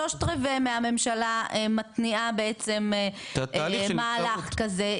שלושת רבעי הממשלה מתניעה בעצם מהלך כזה,